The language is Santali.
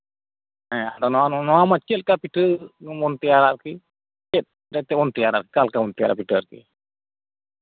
ᱦᱮᱸ ᱟᱫᱚ ᱱᱚᱶᱟ ᱢᱟ ᱪᱮᱫ ᱞᱮᱠᱟᱱ ᱯᱤᱴᱷᱟᱹ ᱢᱟᱵᱚᱱ ᱛᱟᱭᱟᱨᱟ ᱟᱨᱠᱤ ᱪᱮᱫ ᱞᱮᱠᱟ ᱠᱟᱛᱮᱫ ᱵᱚᱱ ᱛᱮᱭᱟᱨᱟ ᱚᱠᱟ ᱞᱮᱠᱟ ᱠᱟᱛᱮᱫ ᱵᱚᱱ ᱛᱮᱭᱟᱨᱟ ᱟᱨᱠᱤ